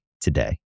today